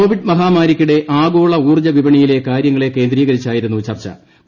Covid മഹാമാരിക്കിടെ ആഗോള ഊർജ്ജ വിപണിയിലെ കാര്യങ്ങളെ കേന്ദ്രീകരിച്ചായിരുന്നു ചർച്ചു